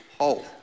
Whole